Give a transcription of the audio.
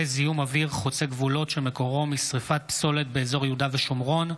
זיהום אוויר חוצה גבולות שמקורו שרפת פסולת באזור יהודה ושומרון.